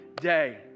day